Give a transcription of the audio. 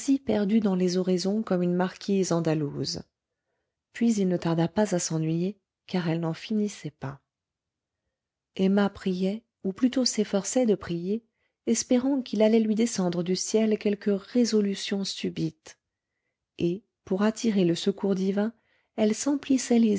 perdue dans les oraisons comme une marquise andalouse puis il ne tarda pas à s'ennuyer car elle n'en finissait emma priait ou plutôt s'efforçait de prier espérant qu'il allait lui descendre du ciel quelque résolution subite et pour attirer le secours divin elle s'emplissait les